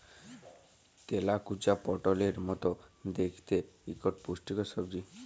তেলাকুচা পটলের মত দ্যাইখতে ইকট পুষ্টিকর সবজি